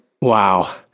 Wow